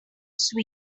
sweet